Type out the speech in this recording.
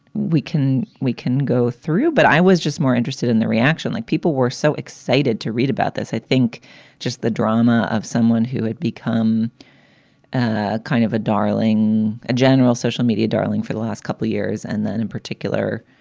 we can we can go through. but i was just more interested in the reaction. like people were so excited to read about this. i think just the drama of someone who had become ah kind of a darling, a general social media darling for the last couple of years, and then in particular,